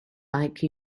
like